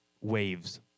Waves